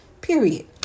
Period